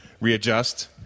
readjust